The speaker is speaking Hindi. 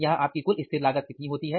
यहां आपकी कुल स्थिर लागत कितनी होती है